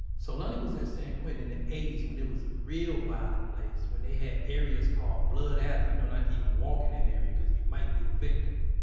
so, lonnie was in san quentin in the eighty s when it was a real violent place, when they had areas called blood alley. you knew not to even walk in that area because you might be a victim.